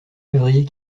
février